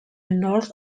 north